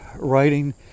writing